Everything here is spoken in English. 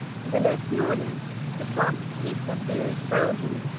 the next morning the fox heaped up the earth round him,